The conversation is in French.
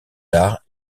arts